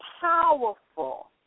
powerful